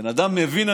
הבן אדם מבין,